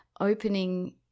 opening